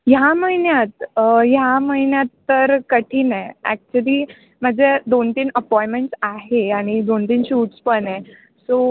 ह्या महिन्यात ह्या महिन्यात तर कठीण आहे ॲक्च्युली माझे दोनतीन अपॉइमेंट्स आहे आणि दोनतीन शूट्स पण आहे सो